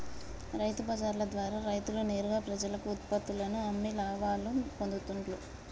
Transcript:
రైతు బజార్ల ద్వారా రైతులు నేరుగా ప్రజలకు ఉత్పత్తుల్లను అమ్మి లాభాలు పొందుతూండ్లు